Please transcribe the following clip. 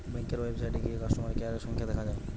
ব্যাংকের ওয়েবসাইটে গিয়ে কাস্টমার কেয়ারের সংখ্যা দেখা যায়